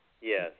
Yes